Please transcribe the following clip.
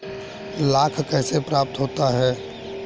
लाख कैसे प्राप्त होता है?